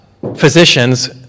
physicians